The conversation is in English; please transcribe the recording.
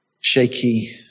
shaky